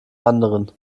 anderen